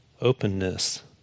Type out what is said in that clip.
openness